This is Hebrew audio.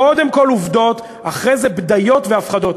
קודם כול עובדות, אחרי זה בדיות והפחדות.